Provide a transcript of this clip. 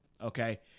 Okay